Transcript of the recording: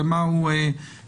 למה הוא משמש.